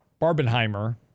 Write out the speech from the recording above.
barbenheimer